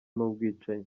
n’ubwicanyi